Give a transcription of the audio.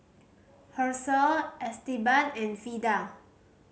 Hershell Esteban and Vida